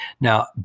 Now